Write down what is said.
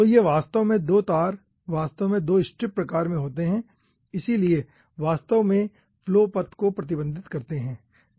तो ये वास्तव में ये 2 तार वास्तव में 2 स्ट्रिप प्रकार में होते हैं इसलिए वास्तव में फ्लो पथ को प्रतिबंधित करते हैं